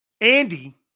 Andy